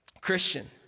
Christian